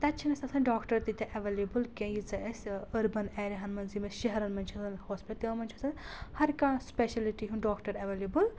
تَتہِ چھِنہٕ اَسہِ آسان ڈاکٹر تہِ ایویلیبٕل کینٛہہ ییٖژاہ اَسہِ أربَن ایریاہَن منٛز یِم اَسہِ شَہرَن منٛز چھِ آسان ہاسپِٹَل تِمَن منٛز چھِ آسان ہر کانٛہہ سِپیشَلٹی ہُنٛد ڈاکٹر ایویلیبٕل